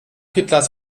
hitlers